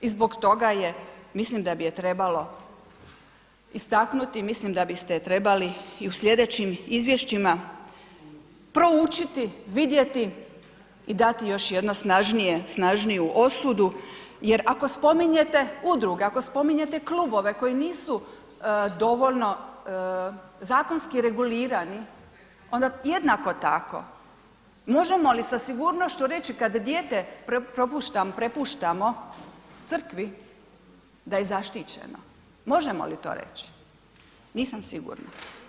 I zbog toga je, mislim da bi ju trebalo istaknuti i mislim da biste je trebali i u sljedećim izvještima, proučiti, vidjeti i dati još jednu snažniju osudu, jer ako spominjete udruge, ako spominjete klubove, koji nisu dovoljno zakonski regulirani, onda jednako tako možemo sa sigurnošću reći, kada dijete prepuštamo crkvi, da je zaštićeno, možemo li to reći, nisam sigurna?